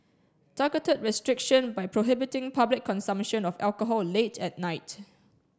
targeted restriction by prohibiting public consumption of alcohol late at night